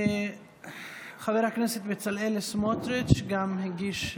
חבר הכנסת בצלאל סמוטריץ' גם הגיש,